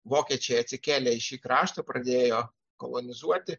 vokiečiai atsikėlė į šį kraštą pradėjo kolonizuoti